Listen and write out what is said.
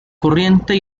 corriente